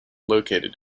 located